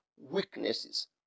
weaknesses